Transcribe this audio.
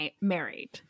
married